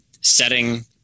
setting